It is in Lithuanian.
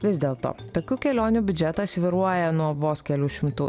vis dėlto tokių kelionių biudžetas svyruoja nuo vos kelių šimtų